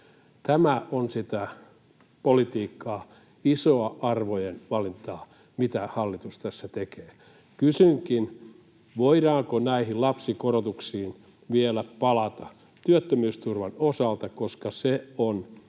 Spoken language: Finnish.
Tämä on sitä politiikkaa, isoa arvojen valintaa, mitä hallitus tässä tekee. Kysynkin: voidaanko näihin lapsikorotuksiin vielä palata työttömyysturvan osalta? Jos ne